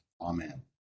Amen